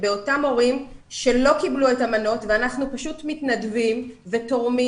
באותם הורים שלא קיבלו את המנות ואנחנו פשוט מתנדבים ותורמים,